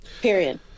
Period